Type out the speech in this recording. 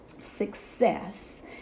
success